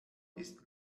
ist